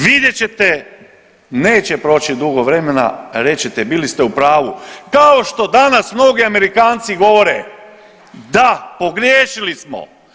Vidjet ćete neće proći dugo vremena reći ćete bili ste u pravu kao što danas mnogi Amerikanci govore da pogriješili smo.